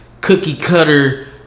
cookie-cutter